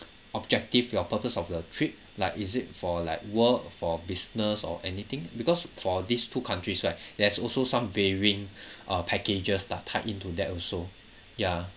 objective your purpose of your trip like is it for like work for business or anything because for these two countries right there's also some varying uh packages lah tied into that also ya